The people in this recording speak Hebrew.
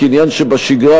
כעניין שבשגרה,